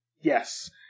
yes